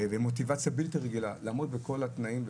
ומוטיבציה בלתי רגילה לעמוד בכל התנאים,